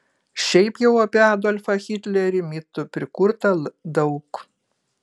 šiaip jau apie adolfą hitlerį mitų prikurta daug